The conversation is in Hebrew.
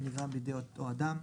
שנגרם בידי אותו האדם.